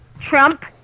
Trump